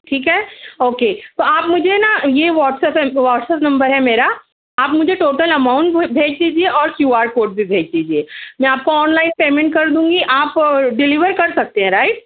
ٹھیک ہے اوکے تو آپ مجھے نا یہ واٹسپ ہے واٹسپ نمبر ہے میرا آپ مجھے ٹوٹل اماؤنٹ بھیج دیجیے اور کیو آر کوڈ بھی بھیج دیجیے میں آپ کو آن لائن پیمنٹ کر دوں گی آپ ڈلیور کر سکتے ہیں رائٹ